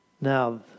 Now